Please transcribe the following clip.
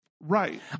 Right